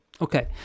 okay